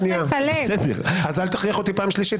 אל תכריח אותי לקרוא לך פעם שלישית.